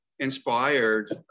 inspired